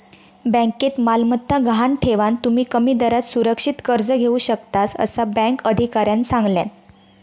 बँकेत मालमत्ता गहाण ठेवान, तुम्ही कमी दरात सुरक्षित कर्ज घेऊ शकतास, असा बँक अधिकाऱ्यानं सांगल्यान